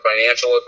financial